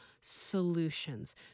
solutions